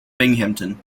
binghamton